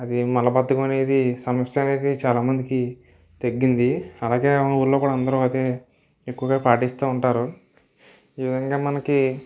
అది మల బద్దకం అనేది సమస్య అనేది చాలా మందికి తగ్గింది అలాగే మా ఊళ్ళో కూడా అందరం అదే ఎక్కువగా పాటిస్తు ఉంటారు ఈ విధంగా మనకి